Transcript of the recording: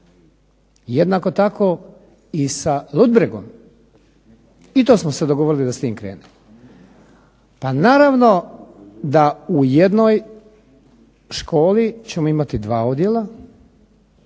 Jednako tako, i sa Ludbregom i to smo se dogovorili da s tim krene. Pa naravno da u jednoj školi ćemo imati dva odjela,